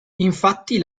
infatti